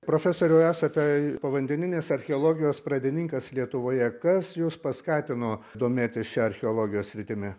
profesoriau esate povandeninės archeologijos pradininkas lietuvoje kas jus paskatino domėtis šia archeologijos sritimi